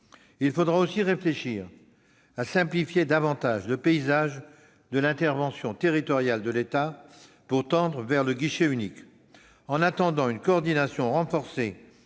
Il faudra aussi réfléchir à simplifier davantage le paysage de l'intervention territoriale de l'État, pour tendre vers le guichet unique. En attendant, une coordination renforcée